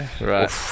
right